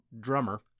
drummer